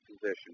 Position